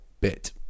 bit